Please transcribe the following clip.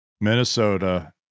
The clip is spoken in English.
Minnesota